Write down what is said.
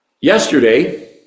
Yesterday